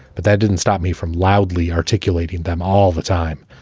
but that didn't stop me from loudly articulating them all the time.